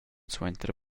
suenter